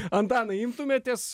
antanai imtumėtės